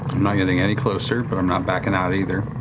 not getting any closer, but i'm not backing out either.